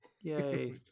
yay